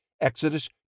Exodus